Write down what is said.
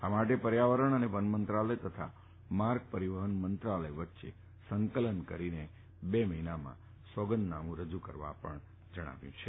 આ માટે પર્યાવરણ અને વન મંત્રાલય તથા માર્ગ પરીવહન મંત્રાલય વચ્ચે સંકલન કરીને બે મહિનામાં સોગંદનામું રજુ કરવા જણાવવામાં આવ્યું છે